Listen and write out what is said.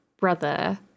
brother